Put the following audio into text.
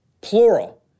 Plural